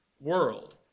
world